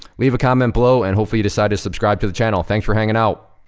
leave a comment below and hopefully you decide to subscribe to the channel. thanks for hangin' out!